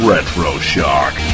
Retroshock